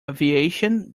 aviation